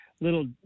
little